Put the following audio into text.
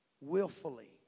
willfully